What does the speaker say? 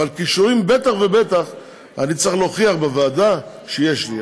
אבל כישורים בטח ובטח אני צריך להוכיח בוועדה שיש לי.